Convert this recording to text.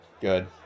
good